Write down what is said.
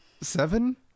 Seven